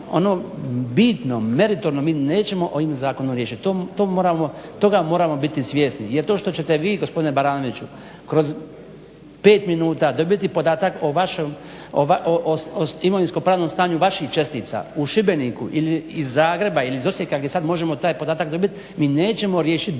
ono bitno, meritorno, mi nećemo ovim zakonom riješit, toga moramo biti svjesni. Jer to što ćete vi gospodine Branoviću kroz pet minuta dobiti podatak o imovinskom pravnom stanju vaših čestica u Šibeniku ili iz Zagreb ili iz Osijeka gdje sad možemo taj podatak dobiti, mi nećemo riješit bitno.